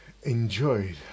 Enjoyed